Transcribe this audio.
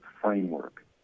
framework